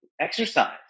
exercise